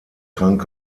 krank